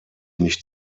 nicht